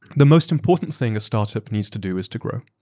the most important thing a startup needs to do is to grow.